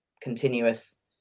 continuous